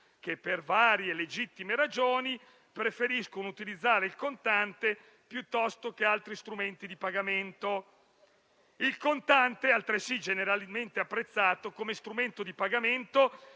per varie e legittime ragioni, preferiscono utilizzare il contante piuttosto che altri strumenti di pagamento. Il contante, altresì generalmente apprezzato come strumento di pagamento